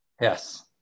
yes